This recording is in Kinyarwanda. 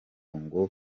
ngo